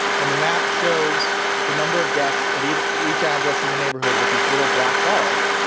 and the map shows the number of deaths at each each address in the neighborhood with this little, black bars.